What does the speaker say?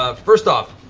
ah first off,